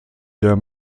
der